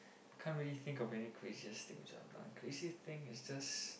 can't really think of any craziest thing which I have done craziest thing is just